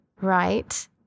right